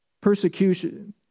Persecution